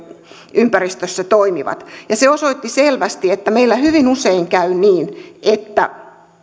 ympäristössä toimivat se osoitti selvästi että meillä hyvin usein käy niin että